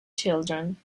children